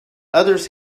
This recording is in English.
others